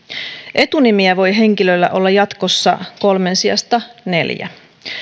etunimiä voi henkilöllä olla jatkossa kolmen sijasta neljä